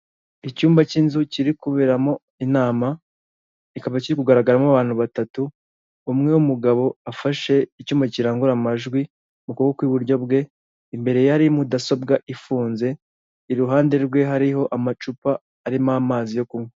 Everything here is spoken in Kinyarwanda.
Icyumba cy'inzu kiri kuberamo inama kikaba kiri kugaragaramo abantu batatu, umwe ni mugabo afashe icyuma kirangurura amajwi mu kuboko kw'iburyo kwe, imbere ye hari mudasobwa ifunze, iruhande rwe hariho amacupa arimo amazi yo kunywa.